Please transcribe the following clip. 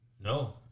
No